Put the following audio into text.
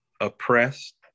Oppressed